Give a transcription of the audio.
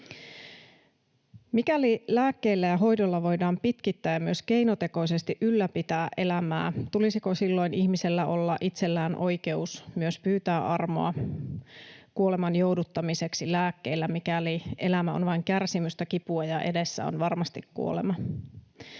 Mikäli lääkkeillä ja hoidolla voidaan pitkittää ja myös keinotekoisesti ylläpitää elämää, tulisiko silloin ihmisellä itsellään olla oikeus myös pyytää armoa kuoleman jouduttamiseksi lääkkeillä, mikäli elämä on vain kärsimystä, kipua ja edessä on varmasti kuolema?